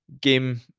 game